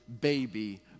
baby